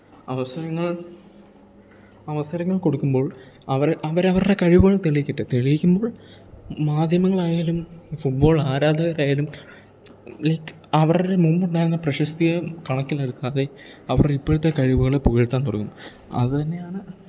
അവസരങ്ങൾ അവസരങ്ങൾ കൊടുക്കുമ്പോൾ അവർ അവർ അവരുടെ കഴിവുകൾ തെളിയിക്കട്ടെ തെളിയിക്കുമ്പോൾ മാധ്യമങ്ങളായാലും ഫുട്ബോൾ ആരാധകരായാലും ലൈക്ക് അവരുടെ മുമ്പുണ്ടായിരുന്ന പ്രശസ്തിയേ കണക്കിൽ എടുക്കാതെ അവരുടെ ഇപ്പോഴത്തെ കഴിവുകളേ പുകഴ്ത്താൻ തുടങ്ങും അതന്നെയാണ്